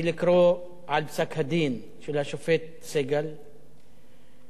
לקרוא על פסק-הדין של השופט סגל כנגד